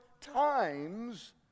times